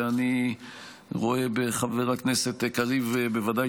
ואני רואה בחבר הכנסת קריב בוודאי